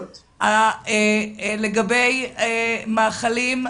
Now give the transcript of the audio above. לגבי מאכלים,